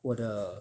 我的